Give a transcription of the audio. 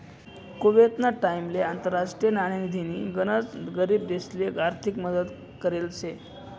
कुवेतना टाइमले आंतरराष्ट्रीय नाणेनिधीनी गनच गरीब देशसले आर्थिक मदत करेल शे